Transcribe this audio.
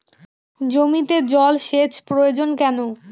জমিতে জল সেচ প্রয়োজন কেন?